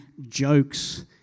jokes